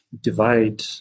divide